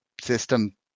system